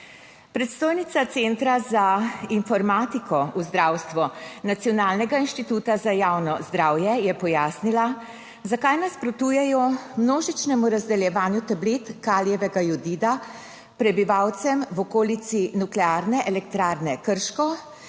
Predstojnica Centra za informatiko v zdravstvu Nacionalnega inštituta za javno zdravje je pojasnila, zakaj nasprotujejo množičnemu razdeljevanju tablet kalijevega jodida prebivalcem v okolici Nuklearne elektrarne Krško,